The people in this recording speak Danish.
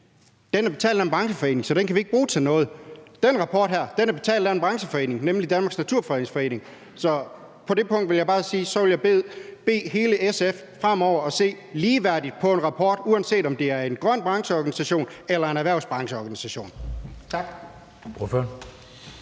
Den er betalt af en brancheforening, så den kan vi ikke bruge til noget. Den her rapport er betalt af en brancheforening, nemlig Danmarks Naturfredningsforening. Så på det punkt vil jeg bare sige, at så vil jeg bede hele SF fremover se ligeværdigt på rapporter, uanset om de er fra en grøn brancheorganisation eller en erhvervsbrancheorganisation. Kl.